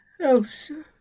Elsa